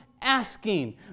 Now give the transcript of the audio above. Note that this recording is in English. asking